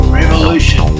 revolution